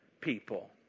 people